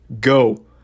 go